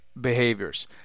behaviors